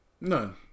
None